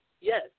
Yes